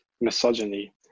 misogyny